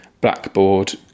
blackboard